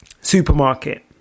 supermarket